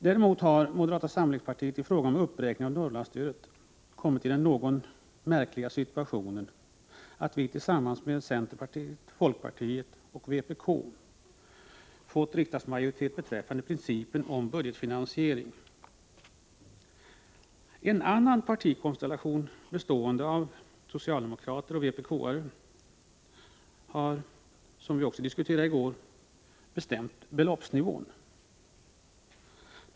Däremot har moderata samlingspartiet i fråga om uppräkning av Norrlandsstödet hamnat i den något märkliga situationen att vi tillsammans med centerpartiet, folkpartiet och vpk fått riksdagsmajoritet beträffande principen om budgetfinansiering. En annan partikonstellation, bestående av socialdemokrater och vpk, har, vilket vi också diskuterade i går, bestämt beloppsnivån.